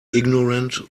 ignorant